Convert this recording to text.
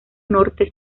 norte